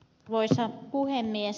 arvoisa puhemies